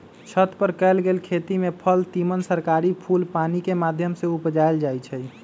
छत पर कएल गेल खेती में फल तिमण तरकारी फूल पानिकेँ माध्यम से उपजायल जाइ छइ